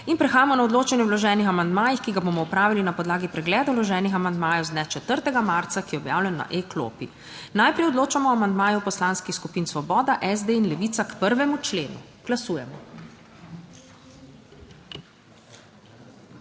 In prehajamo na odločanje o vloženih amandmajih, ki ga bomo opravili na podlagi pregleda vloženih amandmajev z dne 4. marca, ki je objavljen na e-klopi. Najprej odločamo o amandmaju Poslanskih skupin Svoboda, SD in Levica k 1. členu. Glasujemo.